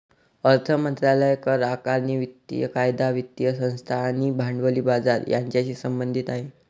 अर्थ मंत्रालय करआकारणी, वित्तीय कायदा, वित्तीय संस्था आणि भांडवली बाजार यांच्याशी संबंधित आहे